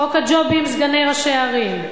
חוק הג'ובים, סגני ראשי ערים.